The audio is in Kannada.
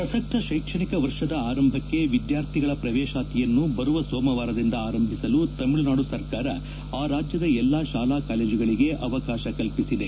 ಪ್ರಸಕ್ತ ಶೈಕ್ಷಣಿಕ ವರ್ಷದ ಆರಂಭಕ್ಕೆ ವಿದ್ಯಾರ್ಥಿಗಳ ಪ್ರವೇಶಾತಿಯನ್ನು ಬರುವ ಸೋಮವಾರದಿಂದ ಆರಂಭಿಸಲು ತಮಿಳುನಾದು ಸರ್ಕಾರ ಆ ರಾಜ್ಯದ ಎಲ್ಲಾ ಶಾಲಾ ಕಾಲೇಜುಗಳಿಗೆ ಅವಕಾಶ ಕಲ್ಪಿಸಿದೆ